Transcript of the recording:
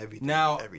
now